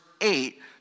eight